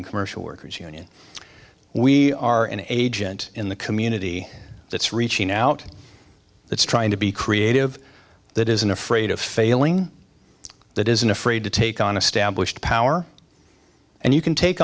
and commercial workers union we are an agent in the community that's reaching out that's trying to be creative that isn't afraid of failing that isn't afraid to take on established power and you can take